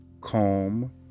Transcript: calm